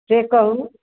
से कहू